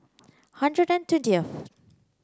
hundred and twentieth